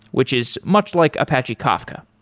which is much like apache kafka.